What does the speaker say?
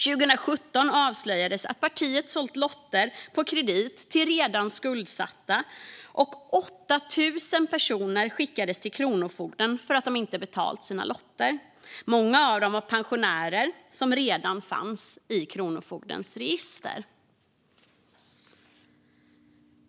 År 2017 avslöjades att partiet sålt lotter på kredit till redan skuldsatta, och 8 000 personer skickades till Kronofogden för att de inte betalat sina lotter. Många av dem var pensionärer som redan fanns i Kronofogdens register.